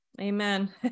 Amen